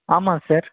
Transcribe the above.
ஆமாம் சார்